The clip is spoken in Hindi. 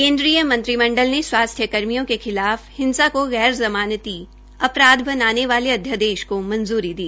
केन्द्रीय मंत्रिमंडल ने स्वास्थ्य कर्मियों के खिलाफ हिंसा को गैर ज़मानती अपराध बनाने वाले अध्यादेश को मंजूरी दी